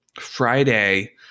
Friday